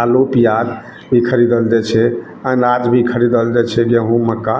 आलू पियाज भी खरीदल जाइ छै अनाज भी खरीदल जाइ छै गेहूँ मक्का